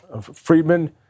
Friedman